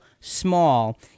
small